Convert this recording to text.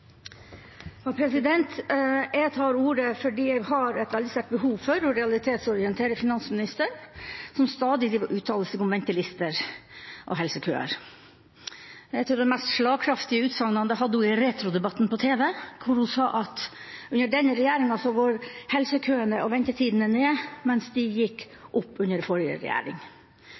Jeg tar ordet fordi jeg har et veldig sterkt behov for å realitetsorientere finansministeren, som stadig driver og uttaler seg om ventelister og helsekøer. Et av de mest slagkraftige utsagnene hadde hun i retrodebatten på tv, der hun sa at under denne regjeringa går helsekøene og ventetidene ned, mens de gikk opp under forrige regjering.